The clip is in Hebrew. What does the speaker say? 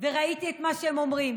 וראיתי את מה שהם אומרים.